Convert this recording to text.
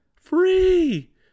Free